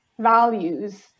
values